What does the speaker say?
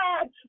God